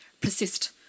persist